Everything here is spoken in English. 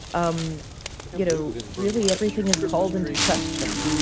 um you know really, everything is called into question.